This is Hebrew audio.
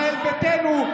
בישראל ביתנו,